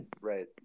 Right